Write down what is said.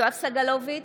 יואב סגלוביץ'